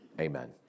Amen